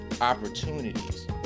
opportunities